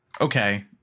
okay